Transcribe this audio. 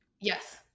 Yes